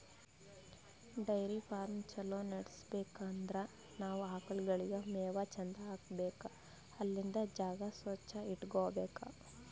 dairy farm ಛಲೋ ನಡ್ಸ್ಬೇಕ್ ಅಂದ್ರ ನಾವ್ ಆಕಳ್ಗೋಳಿಗ್ ಮೇವ್ ಚಂದ್ ಹಾಕ್ಬೇಕ್ ಅಲ್ಲಿಂದ್ ಜಾಗ ಸ್ವಚ್ಚ್ ಇಟಗೋಬೇಕ್